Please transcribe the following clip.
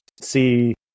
see